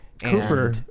Cooper